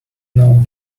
know